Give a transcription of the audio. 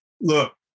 Look